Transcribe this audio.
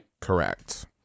Correct